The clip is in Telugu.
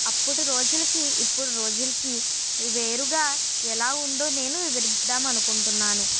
అప్పుడు రోజులకి ఇప్పుడు రోజులకి వేరుగా ఎలా ఉందో నేను వివరిద్దాం అనుకుంటున్నాను